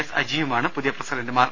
S അജിയുമാണ് പുതിയ പ്രസിഡന്റുമാർ